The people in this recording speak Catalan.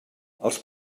els